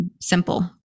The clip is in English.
simple